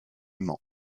mans